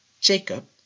Jacob